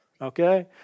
okay